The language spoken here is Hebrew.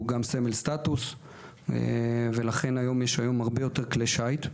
גם סמל סטטוס ולכן היום יש הרבה יותר כלי שיט.